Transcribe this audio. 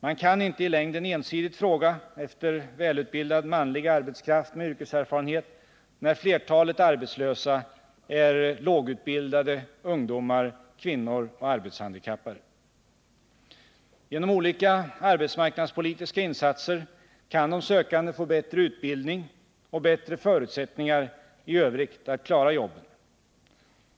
Man kan inte i längden ensidigt fråga efter välutbildad manlig arbetskraft med yrkeserfarenhet när flertalet arbetslösa är lågutbildade ungdomar, kvinnor och arbetshandikappade. Genom olika arbetsmarknadspolitiska insatser kan de sökande få bättre utbildning och bättre förutsättningar i övrigt att klara jobben.